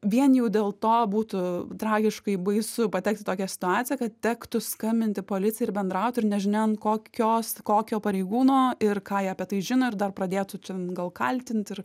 vien jau dėl to būtų tragiškai baisu patekt į tokią situaciją kad tektų skambinti policijai ir bendraut ir nežinia ant kokios kokio pareigūno ir ką jie apie tai žino ir dar pradėtų čia gal kaltint ir